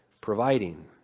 providing